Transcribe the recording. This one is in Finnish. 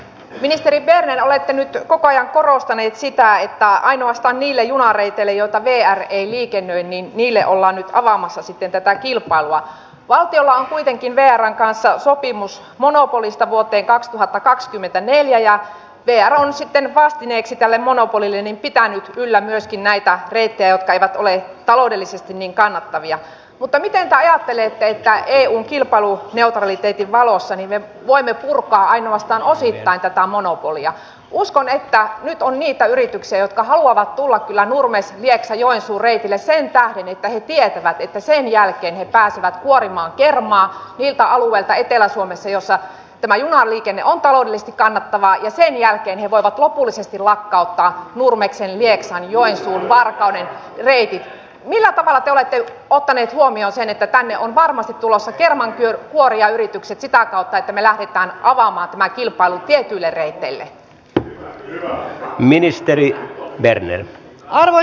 ministeri berner olette nyt koko ajan korostaneet siitä että ainoastaan niille junareiteille joita venäjä ei liikennöinnin niille ollaan avaamassa siten tätä kilpailua varten on kuitenkin veran kanssa sopimus monopolista vuoteen kaksituhattakaksikymmentäneljä ja pian on sitten vastineeksi tälle monopolille pitänyt yllä myöskin aika veikeäpäivät olen taloudellisesti niin kannattavia mutta mitä ajattelee että eun kilpailu ja talli teki valossa minne vain ainoastaan osien laitetta monopolia ja uskon että nyt on niitä yrityksiä jotka haluavat tulla kyllä nurmeslieksajoensuu reitille sentaan nimittäin tietävät että sen jälkeen he pääsevät kuorimaan kermaa niiltä alueilta etelä suomessa jossa ajetaan liikenne on taloudellisesti kannattavaa ja sen jälkeen he voivat lopullisesti lakkauttaa nurmeksen lieksan joensuun varkauden reitit millä tavalla te olette ottaneet huomioon sen että käänne on varmasti tulossa kerman kuorijayritykset sitä kautta että me lähdetään avaamatnä kilpailu tietyille reiteille ministeri bernerin ari